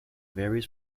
varies